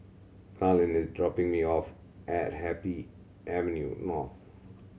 Carlyn is dropping me off at Happy Avenue North